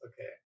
Okay